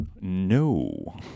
No